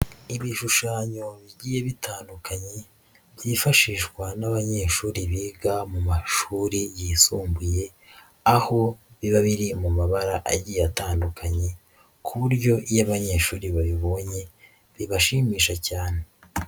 Ibishushanyo bigiye bitandukanye byifashishwa n'abanyeshuri biga mu mashuri yisumbuye aho biba biri mu mabara agiye atandukanye ku buryo iyo abanyeshuri babibonye bibashimisha cyane.